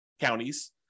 counties